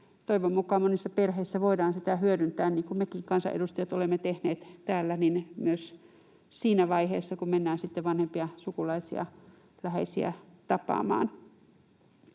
toivon mukaan monissa perheissä voidaan sitä hyödyntää — niin kuin me kansanedustajatkin olemme tehneet täällä testejä — myös siinä vaiheessa, kun mennään sitten vanhempia sukulaisia, läheisiä tapaamaan.